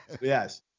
Yes